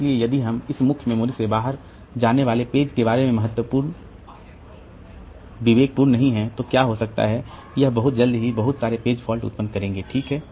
इसलिए यदि हम इस मुख्य मेमोरी से बाहर जाने वाले पेज के बारे में बहुत विवेकपूर्ण नहीं हैं तो क्या हो सकता है कि यह बहुत जल्द ही हम बहुत सारे पेज फॉल्ट उत्पन्न करेंगे ठीक है